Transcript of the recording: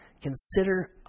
Consider